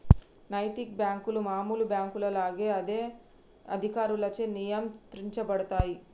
నైతిక బ్యేంకులు మామూలు బ్యేంకుల లాగా అదే అధికారులచే నియంత్రించబడతయ్